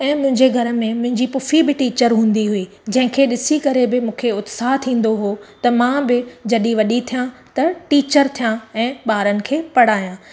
ऐं मुंहिंजे घर में मुंहिंजी पुफी बि टीचर हूंदी हुई जंहिंखे ॾिसी करे बि मूंखे उत्साह थींदो हुओ त मां बि जॾहिं वॾी थियां त टीचर थियां ऐं ॿारनि खे पढ़ायां